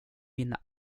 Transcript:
mina